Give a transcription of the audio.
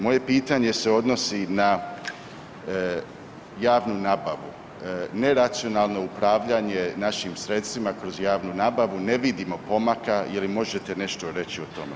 Moje pitanje se odnosi na javnu nabavu, neracionalno upravljanje našim sredstvima kroz javnu nabavu ne vidimo pomaka jel možete nešto reći o tome.